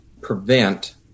prevent